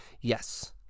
yes